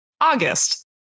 August